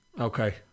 Okay